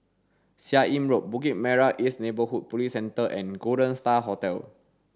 Seah Im Road Bukit Merah East Neighbourhood Police Centre and Golden Star Hotel